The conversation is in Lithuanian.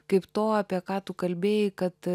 kaip to apie ką tu kalbėjai kad